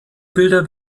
bilder